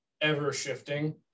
ever-shifting